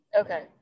okay